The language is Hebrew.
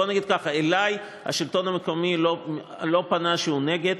בוא נגיד ככה: אלי השלטון המקומי לא פנה שהוא נגד.